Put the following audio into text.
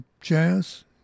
jazz